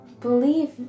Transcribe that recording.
believe